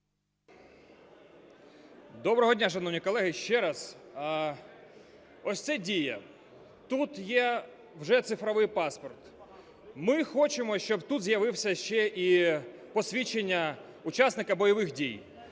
Доброго дня, шановні колеги, ще раз. Ось це Дія, тут є вже цифровий паспорт. Ми хочемо, щоб тут з'явилося ще і посвідчення учасника бойових дій.